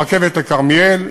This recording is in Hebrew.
הרכבת לכרמיאל,